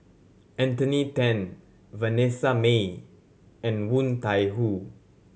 Anthony Then Vanessa Mae and Woon Tai Ho